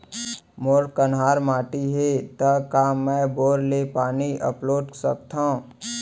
मोर कन्हार माटी हे, त का मैं बोर ले पानी अपलोड सकथव?